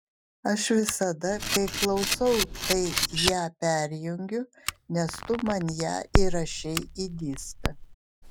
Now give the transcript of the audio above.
aš visada kai klausau tai ją perjungiu nes tu man ją įrašei į diską